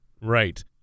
Right